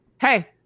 hey